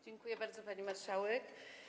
Dziękuję bardzo, pani marszałek.